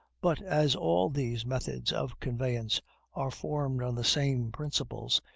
but, as all these methods of conveyance are formed on the same principles,